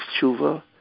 tshuva